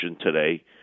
today